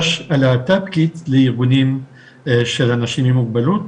להט"בית לארגונים של אנשים עם מוגבלות,